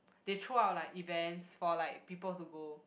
they throw out like events for like people to go